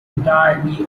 entirely